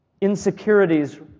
Insecurities